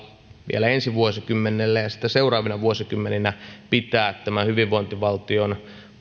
vielä ensi vuosikymmenellä ja sitä seuraavina vuosikymmeninä pitää tämän hyvinvointivaltion